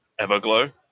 everglow